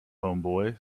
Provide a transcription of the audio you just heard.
homeboy